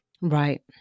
Right